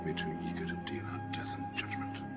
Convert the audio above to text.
to deal out death in judgement